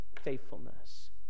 faithfulness